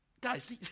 Guys